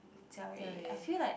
Jia-Wei I feel like